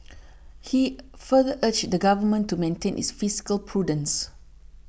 he further urged the Government to maintain its fiscal prudence